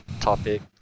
Topic